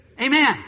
Amen